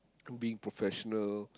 through being professional